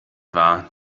war